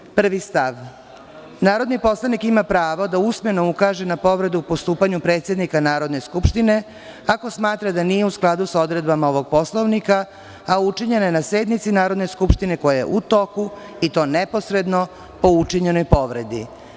Član 103. prvi stav - Narodni poslanik ima pravo da usmeno ukaže na povredu postupanja predsednika Narodne skupštine, ako smatra da nije u skladu sa odredbama ovog Poslovnika, a učinjena je na sednici Narodne skupštine koja je u toku, i to neposredno po učinjenoj povredi.